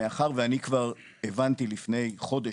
מאחר שכבר לפני בערך חודש,